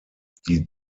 die